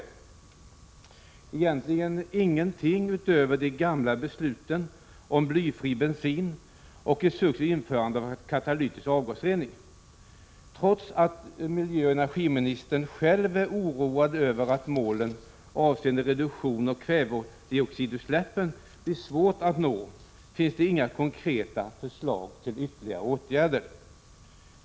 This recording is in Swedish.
Det är egentligen ingenting utöver de gamla besluten om blyfri bensin och ett successivt införande av katalytisk avgasrening. Trots att miljöoch energiministern själv är oroad över att målen avseende reduktion av kväveoxidutsläppen kan bli svåra att nå finns det inga konkreta förslag till ytterligare åtgärder.